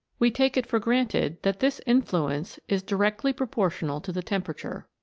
we take it for granted that this influence is directly proportional to the temperature.